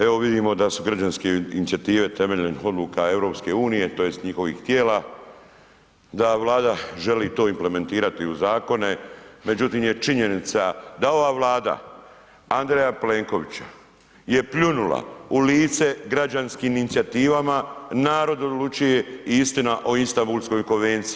Evo, vidimo da su građanske inicijative temeljem odluka EU, tj. njihovih tijela, da Vlada želi to implementirati to u zakone, međutim je činjenica da ova Vlada Andreja Plenkovića je pljunula u lice građanskim inicijativama Narod odlučuje i Istina o Istambulskoj konvenciji.